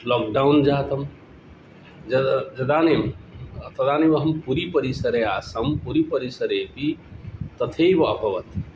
lockdown जातं यदा यदानीं तदानीमहं पुरीपरिसरे आसं पुरीपरिसरेपि तथैव अभवत्